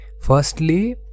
Firstly